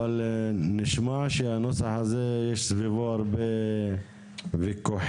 אבל נשמע שהנוסח הזה יש סביבו הרבה ויכוחים,